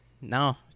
no